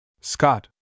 Scott